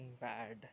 bad